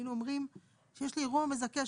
היינו אומרים שיש לי אירוע מזכה,